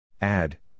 Add